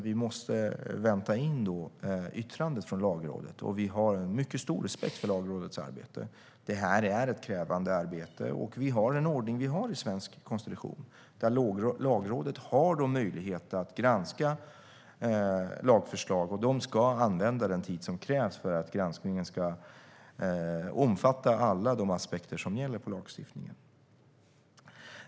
Vi måste vänta in yttrandet från Lagrådet, och vi har mycket stor respekt för Lagrådets arbete. Det här är ett krävande arbete. Och vi har den ordning vi har i svensk konstitution, där Lagrådet har möjlighet att granska lagförslag, och de ska använda den tid som krävs för att granskningen ska omfatta alla de aspekter som gäller för lagstiftningen.